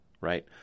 right